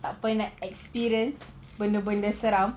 tak pernah experience benda-benda seram